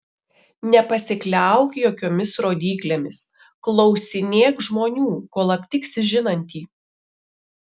nepasikliauk jokiomis rodyklėmis klausinėk žmonių kol aptiksi žinantį